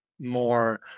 more